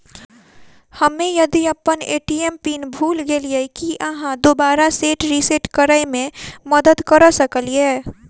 हम्मे यदि अप्पन ए.टी.एम पिन भूल गेलियै, की अहाँ दोबारा सेट रिसेट करैमे मदद करऽ सकलिये?